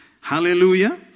Hallelujah